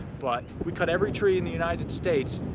but we cut every tree in the united states,